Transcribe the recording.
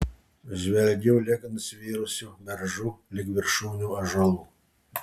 žvelgiu lig nusvirusių beržų lig viršūnių ąžuolų